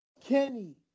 Kenny